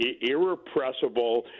irrepressible